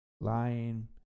lying